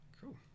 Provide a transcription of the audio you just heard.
cool